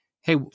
hey